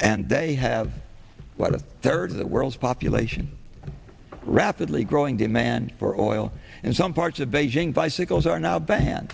and they have like a third of the world's population rapidly growing demand for oil and some parts of beijing bicycles are now banned